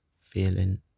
feeling